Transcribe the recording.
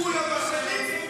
כולם אשמים.